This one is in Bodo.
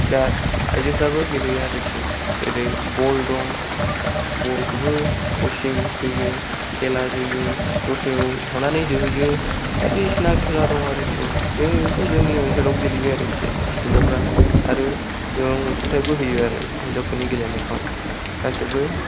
दा आयजोफ्राबो गेलेयो आरोखि जेरै बल दं बल खौबो कसिं जोयो खेला जोयो दस्रायाव थानानै जोहैयो बायदिसिना खेला दङ आरोखि बेखौ जोंनि ओनसोलाव गेलेयो आरोखि हिनजावफ्रा आरो गोबां अनसुंथायबो होयो आरो हिनजावफोरनि गेलेनायखौ गासैबो